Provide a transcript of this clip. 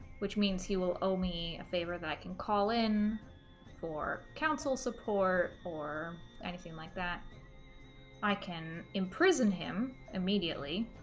which means he will owe me a favor that can call in for counsel support or anything like that i can imprison him immediately